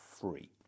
free